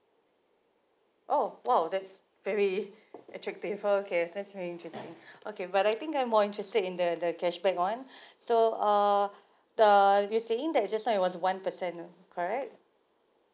oh !wow! that's very attractive okay that's very attracting okay but I think I'm more interested in the the cashback one so uh the you're saying that just now it's one percent correct